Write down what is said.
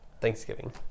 Thanksgiving